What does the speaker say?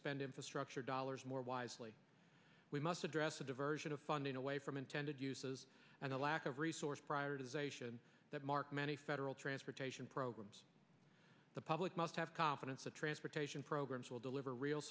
spend infrastructure dollars more wisely we must address a diversion of funding away from intended uses and the lack of resources prior to the station that mark many federal transportation programs the public must have confidence that transportation programs will deliver real